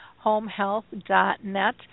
homehealth.net